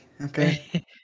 Okay